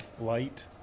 light